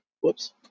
Whoops